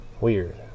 weird